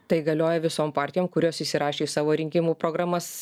tai galioja visom partijom kurios įsirašė į savo rinkimų programas